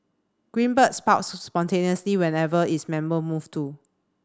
green Bird sprouts spontaneously wherever its members move to